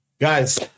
Guys